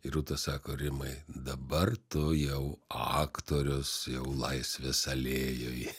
ir rūta sako rimai dabar tu jau aktorius jau laisvės alėjoj